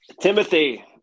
Timothy